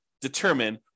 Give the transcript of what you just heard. determine